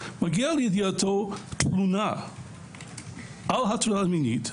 מגיעה לידיעתו תלונה על הטרדה מינית,